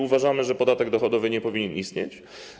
Uważamy, że podatek dochodowy nie powinien istnieć.